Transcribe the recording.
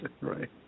Right